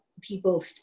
people